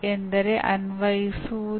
ಆದ್ದರಿಂದ ಕಲಿಕೆ ಮೆದುಳಿನಲ್ಲಿ ನಡೆಯುತ್ತದೆ